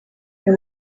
uyu